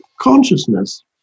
consciousness